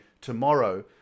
tomorrow